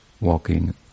walking